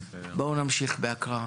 בואו נמשיך בהקראה.